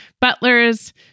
butlers